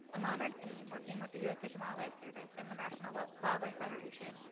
a monarch team, working with the u s. fish and wildlife service and the national but wildlife federation,